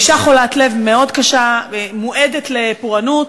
היא אישה חולת לב מאוד קשה, והיא מועדת לפורענות.